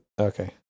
okay